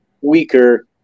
weaker